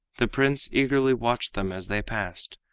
the prince eagerly watched them as they passed,